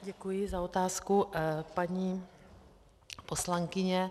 Děkuji za otázku, paní poslankyně.